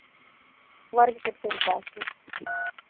वर्ग फ़ुट के हिसाब से